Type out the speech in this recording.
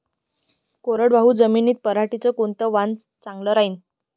कोरडवाहू जमीनीत पऱ्हाटीचं कोनतं वान चांगलं रायीन?